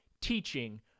teaching